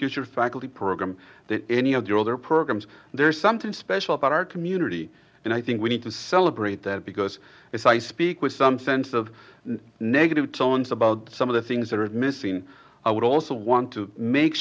future faculty program that any of your other programs there's something special about our community and i think we need to celebrate that because if i speak with some sense of negative tones about some of the things that are missing i would also want to make